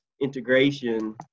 integration